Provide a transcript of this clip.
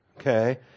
okay